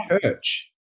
church